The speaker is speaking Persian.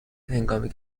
هنگامی